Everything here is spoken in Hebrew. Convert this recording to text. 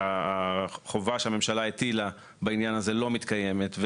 החובה שהממשלה הטילה בעניין הזה לא מתקיימת.